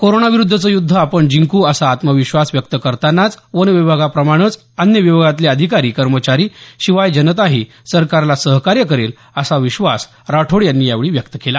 कोरोनाविरुद्धचं युद्ध आपण जिंकू असा आत्मविश्वास व्यक्त करतानाच वन विभागाप्रमाणेच अन्य विभागातले अधिकारी कर्मचारी शिवाय जनताही सरकारला सहकार्य करेल असा विश्वास राठोड यांनी व्यक्त केला